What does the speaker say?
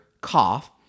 cough